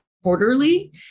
quarterly